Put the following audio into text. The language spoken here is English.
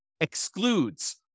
excludes